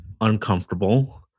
uncomfortable